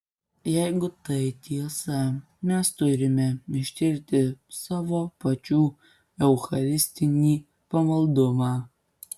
jeigu tai tiesa mes turime ištirti savo pačių eucharistinį pamaldumą